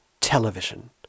television